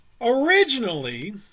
Originally